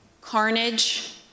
carnage